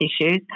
issues